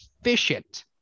efficient